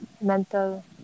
mental